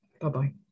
bye-bye